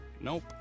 Nope